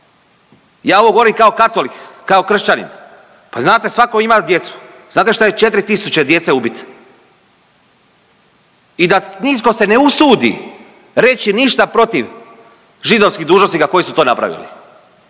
Ja ovo govorim kao katolik, kao kršćanin. Pa znate, svatko ima djecu. Znate šta je 4 tisuće djece ubit? I da nitko se ne usudi reći ništa protiv židovskih dužnosnika koji su to napravili